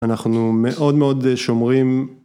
אנחנו מאוד מאוד שומרים.